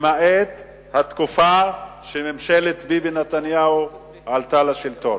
למעט התקופה שממשלת ביבי נתניהו עלתה לשלטון.